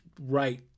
right